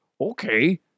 Okay